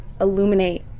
illuminate